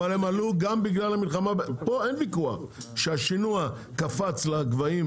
פה אין ויכוח שהשינוע קפץ לגבהים